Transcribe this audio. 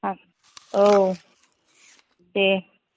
अ औ दे